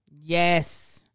Yes